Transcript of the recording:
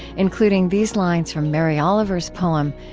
including these lines from mary oliver's poem,